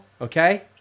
Okay